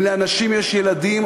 אם לאנשים יש ילדים,